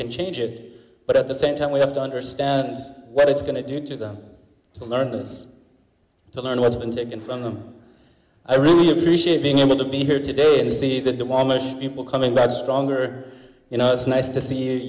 can change it but at the same time we have to understand what it's going to do to them to learn to us to learn what's been taken from them i really appreciate being able to be here today and see that the warmish people coming back stronger you know it's nice to see